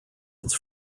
its